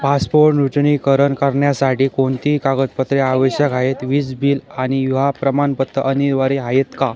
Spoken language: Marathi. पासपोट नूतनीकरण करण्यासाठी कोणती कागदपत्रे आवश्यक आहेत वीज बिल आणि युवा प्रमाणपत्र अनिवार्य आहेत का